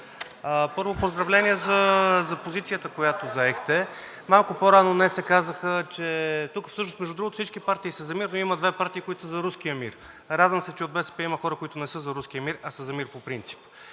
първо, поздравления за позицията, която заехте. Малко по-рано днес казаха – тук между другото всички партии са за мир, но има две партии, които са за руския мир. Радвам се, че от БСП има хора, които не са за руския мир, а са за мир по принцип.